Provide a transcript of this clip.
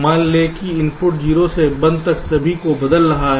मान लें कि इनपुट्स 0 से 1 तक सभी को बदल रहे हैं